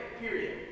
period